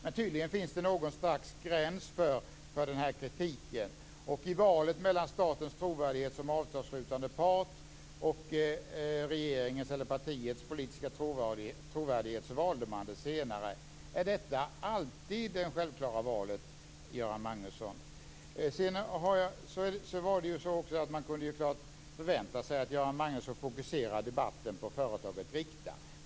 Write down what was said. Men tydligen finns det något slags gräns för den här kritiken. Och i valet mellan statens trovärdighet som avtalsslutande part och regeringens eller partiets politiska trovärdighet så valde man det senare. Är detta alltid det självklara valet, Göran Magnusson? Sedan kunde man så klart förvänta sig att Göran Magnusson fokuserar debatten på företaget Rikta.